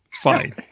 Fine